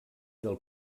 del